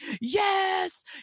yes